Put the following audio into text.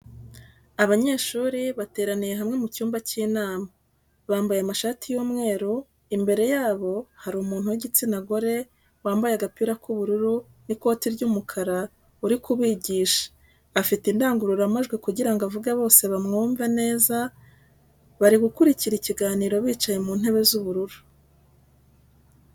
Abanyeshuri bateraniye hamwe mu cyumba cy'inama bambaye amashati y'umweru imbere yabo hari umuntu w'igitsina gore wambaye agapira k'ubururu n'ikoti ry'umukara urimo kubigisha afite indangururamajwi kugirango avuge bose bamwumve neza bari gukurikira ikiganiro bicaye mu ntebe z'ubururu.